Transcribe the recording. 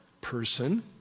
person